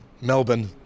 Melbourne